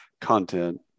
content